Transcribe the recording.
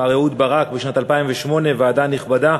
מר אהוד ברק, בשנת 2008, ועדה נכבדה,